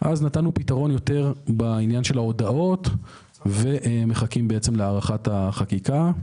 נתנו פתרון יותר בעניין של ההודעות ומחכים להארכת החקיקה.